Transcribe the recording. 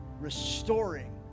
restoring